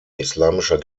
islamischer